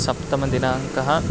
सप्तमः दिनाङ्कः